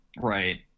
Right